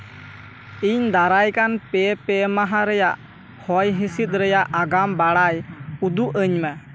ᱤᱧ ᱫᱟᱨᱟᱭ ᱠᱟᱱ ᱯᱮ ᱯᱮ ᱢᱟᱦᱟ ᱨᱮᱭᱟᱜ ᱦᱚᱭ ᱦᱤᱸᱥᱤᱫ ᱨᱮᱭᱟᱜ ᱟᱜᱟᱢ ᱵᱟᱲᱟᱭ ᱩᱫᱩᱜ ᱟᱹᱧ ᱢᱮ